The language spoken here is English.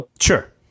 Sure